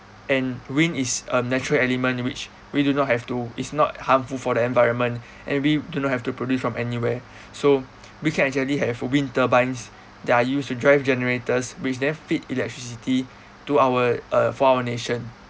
and wind is a natural element which we do not have to it's not harmful for the environment and we do not have to produce from anywhere so we can actually have wind turbines that are used to drive generators which then feed electricity to our uh for our nation